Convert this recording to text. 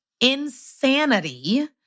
insanity